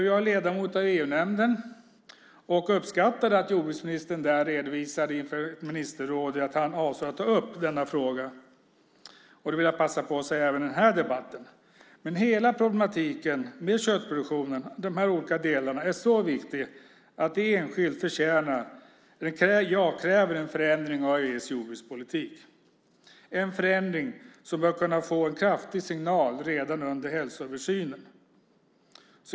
Jag är ledamot av EU-nämnden, och jag uppskattade att jordbruksministern där redovisade inför ministerrådet att han avsåg att ta upp denna fråga. Det vill jag passa på att säga även i den här debatten. Men hela problematiken med köttproduktionens olika delar är så viktig att den enskilt förtjänar, för att inte säga kräver, en förändring av EU:s jordbrukspolitik - en förändring som bör kunna få en kraftig signal redan under hälsoöversynen.